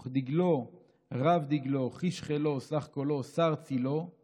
/ וכדוגלו / רב דגלו / חש חילו / שח קולו / סר צילו /